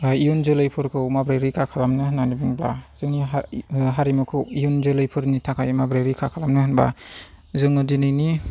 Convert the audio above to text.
इयुन जोलैफोरखौ माबोरै रैखा खालामनो होननानै बुङोब्ला जोंनि हारि हारिमुखौ इयुन जोलैफोरनि थाखाय माब्रै रैखा खालामनो होनब्ला जोङो दिनैनि